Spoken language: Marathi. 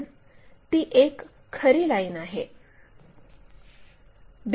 कारण ती एक खरी लाईन आहे